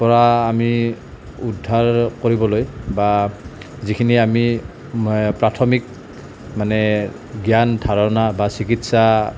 পৰা আমি উদ্ধাৰ কৰিবলৈ বা যিখিনি আমি প্ৰাথমিক মানে জ্ঞান ধাৰণা বা চিকিৎসা